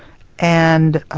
and